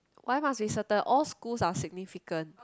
why must be certain all schools are significant